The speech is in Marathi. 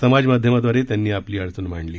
समाज माध्यमाद्वारे त्यांनी आपली अडचण मांडली